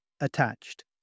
Attached